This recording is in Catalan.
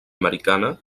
americana